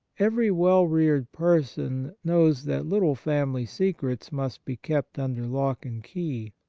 every well-reared person knows that little family secrets must be kept under lock and key.